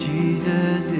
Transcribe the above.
Jesus